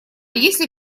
если